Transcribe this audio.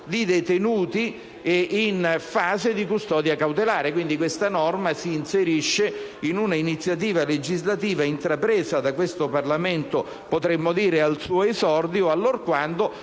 di detenuti in fase di custodia cautelare. Quindi tale norma si inserisce in un'iniziativa legislativa intrapresa da questo Parlamento potremmo dire al suo esordio, allorquando